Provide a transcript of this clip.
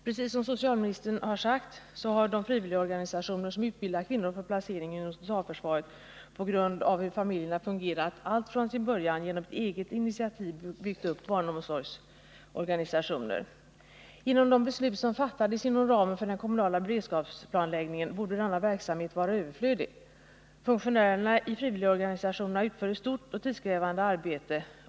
Precis som socialministern säger har de frivilligorganisationer som utbildar kvinnor för placering inom totalförsvaret, på grundval av det sätt på vilket familjerna fungerat, allt från sin början genom egna initiativ byggt upp barnomsorgsorganisationer. Genom de beslut som fattades inom ramen för den kommunala beredskapsplanläggningen borde denna verksamhet vara överflödig. Funktionärerna i frivilligorganisationerna utför ett stort och tidskrävande arbete.